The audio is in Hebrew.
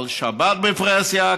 על שבת בפרהסיה,